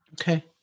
Okay